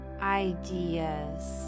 ideas